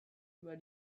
über